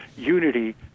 Unity